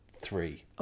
three